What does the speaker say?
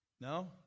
No